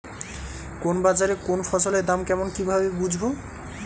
কোন বাজারে কোন ফসলের দাম কেমন কি ভাবে বুঝব?